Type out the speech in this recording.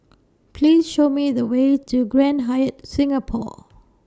Please Show Me The Way to Grand Hyatt Singapore